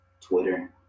Twitter